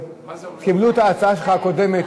קיבלו את ההצעה שלך הקודמת,